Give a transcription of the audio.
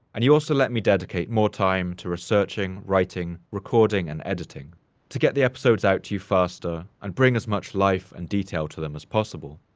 and you also let me dedicate more time to researching, writing, recording, and editing to get the episodes out to you faster and bring as much life and detail to them as possible.